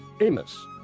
Amos